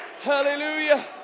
Hallelujah